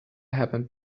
happened